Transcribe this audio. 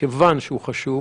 מכיוון שהוא חשוב,